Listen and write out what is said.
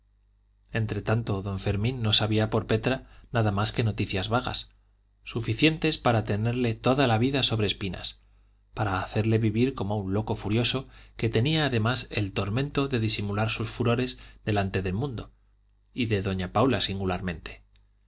entre tanto don fermín no sabía por petra nada más que noticias vagas suficientes para tenerle toda la vida sobre espinas para hacerle vivir como un loco furioso que tenía además el tormento de disimular sus furores delante del mundo y de doña paula singularmente